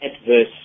adverse